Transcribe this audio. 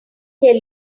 tell